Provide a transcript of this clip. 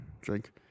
drink